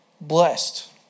blessed